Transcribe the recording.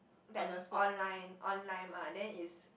that online online mah then is